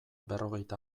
berrogeita